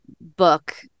book